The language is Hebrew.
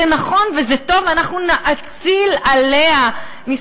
זה נכון וזה טוב ואנחנו נאציל לה מסמכויותינו.